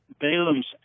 Balaam's